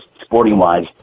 sporting-wise